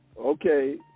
okay